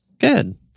Good